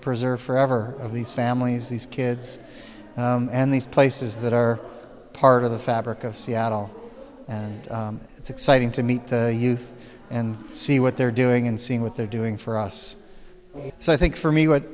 preserved forever of these families these kids and these places that are part of the fabric of seattle and it's exciting to meet the youth and see what they're doing and seeing what they're doing for us so i think for me what